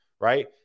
right